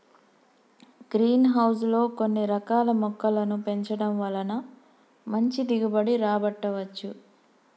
green house లో కొన్ని రకాల మొక్కలను పెంచడం వలన మంచి దిగుబడి రాబట్టవచ్చు